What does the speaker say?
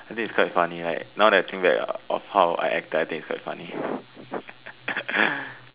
this is quite funny like now that I think back about how I acted I think it's quite funny